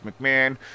McMahon